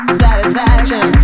satisfaction